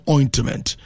Ointment